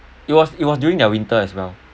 it was it was during their winter as well